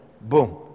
boom